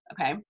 okay